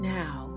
now